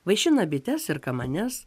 vaišina bites ir kamanes